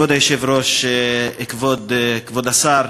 כבוד היושב-ראש, כבוד השר,